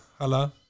hello